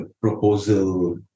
proposal